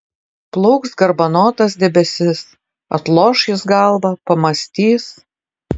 plauks garbanotas debesis atloš jis galvą pamąstys